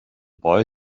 boy